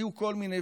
היו כל מיני,